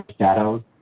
shadows